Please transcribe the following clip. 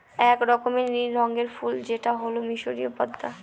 এক রকমের নীল রঙের ফুল যেটা হল মিসরীয় পদ্মা